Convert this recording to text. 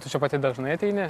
tu čia pati dažnai ateini